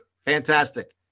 fantastic